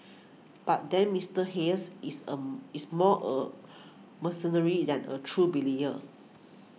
but then Mister Hayes is is more a mercenary than a true